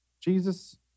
Jesus